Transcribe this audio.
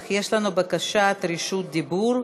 אך יש לנו בקשת רשות דיבור.